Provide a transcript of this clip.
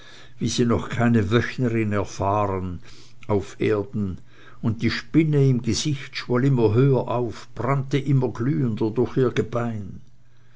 wie sie noch keine wöchnerin erfahren auf erden und die spinne im gesichte schwoll immer höher auf und brannte immer glühender durch ihr gebein